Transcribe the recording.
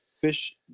fish